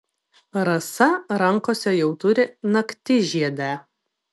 rasa rankose jau turi naktižiedę